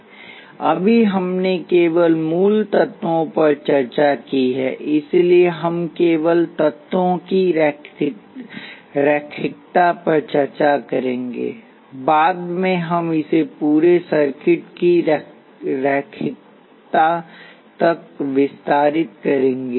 अभी हमने केवल मूल तत्वों पर चर्चा की है इसलिए हम केवल तत्वों की रैखिकता पर चर्चा करेंगे बाद में हम इसे पूरे सर्किट की रैखिकता तक विस्तारित करेंगे